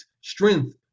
strength